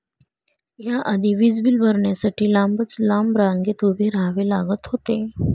या आधी वीज बिल भरण्यासाठी लांबच लांब रांगेत उभे राहावे लागत होते